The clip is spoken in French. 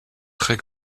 très